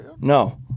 No